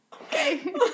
Okay